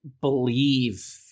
believe